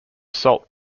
salt